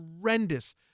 horrendous